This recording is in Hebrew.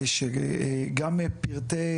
שגם פרטי